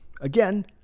Again